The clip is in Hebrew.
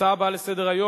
ההצעות הבאות לסדר-היום: